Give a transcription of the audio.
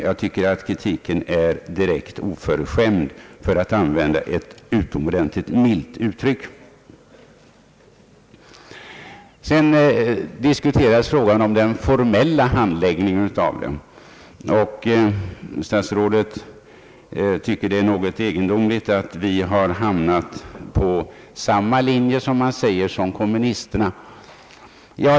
Jag tycker att kritiken är direkt oförskämd — för att använda ett utomordentligt milt uttryck. Vidare diskuteras frågan om den formella handläggningen av detta, och statsrådet tycker att det är något egendomligt att vi har hamnat på samma linje som kommunisterna, såsom han säger.